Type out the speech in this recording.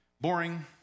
boring